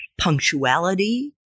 punctuality